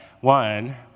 one